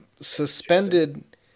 suspended